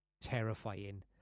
terrifying